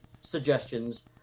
suggestions